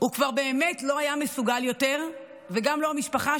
הוא כבר באמת לא היה מסוגל יותר וגם לא המשפחה,